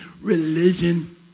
religion